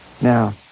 Now